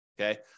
Okay